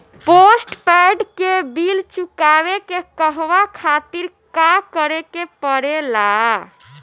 Postpaid के bill चुकावे के कहवा खातिर का करे के पड़ें ला?